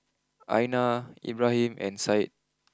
Aina Ibrahim and Syed